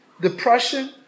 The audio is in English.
Depression